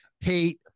hate